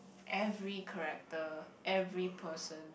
every character every person